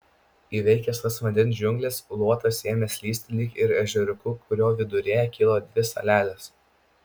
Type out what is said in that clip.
įveikęs tas vandens džiungles luotas ėmė slysti lyg ir ežeriuku kurio viduryje kilo dvi salelės